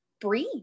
breathe